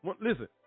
listen